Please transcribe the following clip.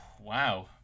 Wow